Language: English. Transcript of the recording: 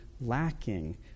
lacking